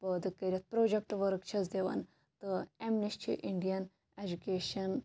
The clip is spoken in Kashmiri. پٲدٕ کٔرِتھ پروجَکٹ ورٕک چھس دِوان تہٕ امہِ نِش چھِ اِنڈیَن ایٚجُکیشَن